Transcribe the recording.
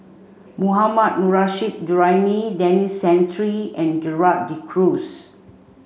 Mohammad Nurrasyid Juraimi Denis Santry and Gerald De Cruz